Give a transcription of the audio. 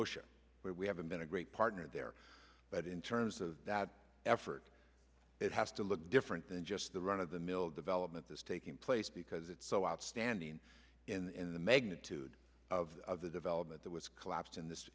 but we haven't been a great partner there but in terms of that effort it has to look different than just the run of the mill development this taking place because it's so outstanding in the magnitude of the development that was collapsed in this